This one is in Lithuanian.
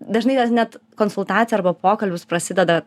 dažnai net konsultacija arba pokalbis prasideda